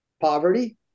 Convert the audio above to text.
poverty